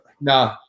No